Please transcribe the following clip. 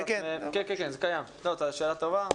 התשובה היא כן, זה אכן קיים, זו שאלה טובה.